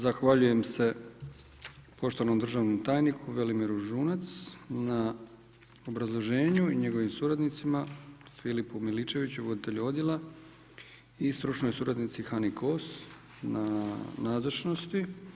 Zahvaljujem se poštovanom državnom tajniku Velimiru Žunac na obrazloženju i njegovim suradnicima Filipu Miličeviću, voditelju odjela i stručnoj suradnici Hani Kos na nazočnosti.